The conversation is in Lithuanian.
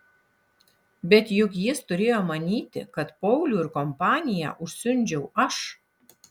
bet juk jis turėjo manyti kad paulių ir kompaniją užsiundžiau aš